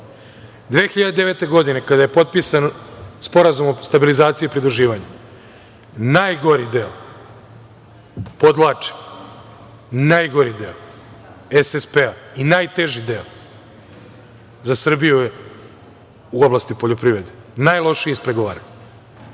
2009. kada je potpisan Sporazum o stabilizaciji i pridruživanju, najgori deo, podvlačim, najgori deo SSP-a i najteži deo za Srbiju je u oblasti poljoprivrede, najlošije ispregovarano.